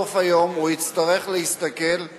שבסוף היום הוא יצטרך להסתכל,